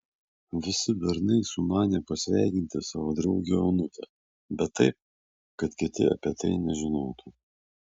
visi bernai sumanė pasveikinti savo draugę onutę bet taip kad kiti apie tai nežinotų